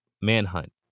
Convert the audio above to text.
manhunt